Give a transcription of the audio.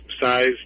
size